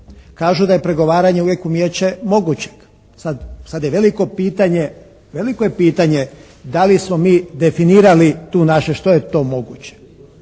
Kažu da je pregovaranje uvijek umijeće mogućeg. Sad je veliko pitanje, veliko je pitanje da li smo mi definirali tu naše što je to moguće.